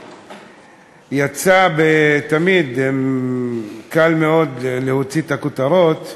יצא, תמיד קל מאוד להוציא את הכותרות,